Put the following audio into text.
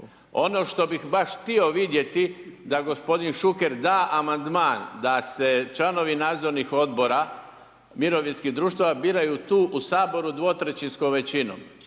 Ono što bih baš htio vidjeti da gospodin Šuker da amandman da se članovi nadzornih odbora mirovinskih društava biraju tu u saboru 2/3 većinom,